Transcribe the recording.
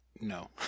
no